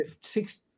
six